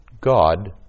God